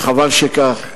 וחבל שכך.